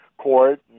court